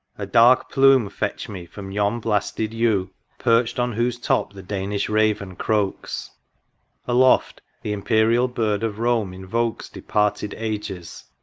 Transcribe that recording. a dark plume fetch me from yon blasted yew perched on whose top the danish raven croaks aloft, the imperial bird of rome invokes departed ages,